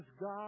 God